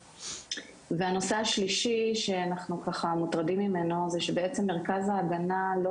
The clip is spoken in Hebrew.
הנושא השלישי שאנחנו מוטרדים ממנו זה שבעצם מרכז ההגנה לא